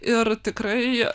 ir tikrai